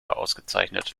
ausgezeichnet